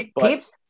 Peeps